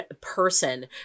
person